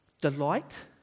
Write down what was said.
delight